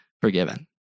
forgiven